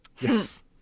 Yes